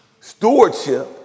Stewardship